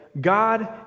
God